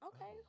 Okay